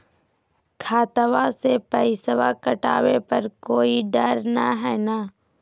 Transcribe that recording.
खतबा से पैसबा कटाबे पर कोइ डर नय हय ना?